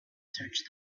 searched